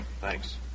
Thanks